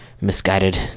misguided